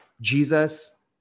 Jesus